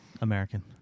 American